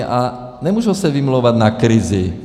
A nemůžou se vymlouvat na krizi.